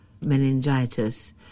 meningitis